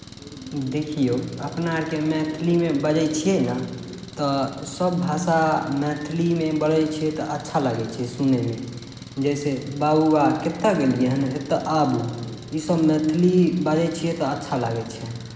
देखियौ अपना आरके मैथिलीमे बजै छियै ने तऽ सभ भाषा मैथिलीमे बोलै छियै तऽ अच्छा लगै छै सुनयमे जइसे बौआ कतय गेलियै हन एतय आबू इसभ मैथिली बाजै छियै तऽ अच्छा लागै छै